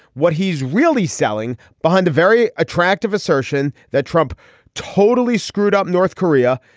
what he's really selling behind a very attractive assertion that trump totally screwed up north korea.